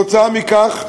כתוצאה מכך,